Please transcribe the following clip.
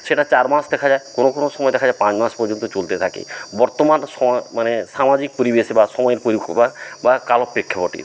সেটা চার মাস দেখা যায় কোনো কোনো সময় দেখা যায় পাঁচ মাস পর্যন্ত চলতে থাকে বর্তমান সময় মানে সামাজিক পরিবেশে বা সময়ের বা বা কালের প্রেক্ষাপটে